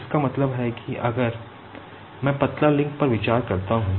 इसका मतलब है कि अगर मैं पतला लिंक पर विचार करता हूं